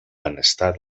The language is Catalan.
benestar